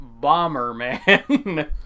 Bomberman